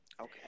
Okay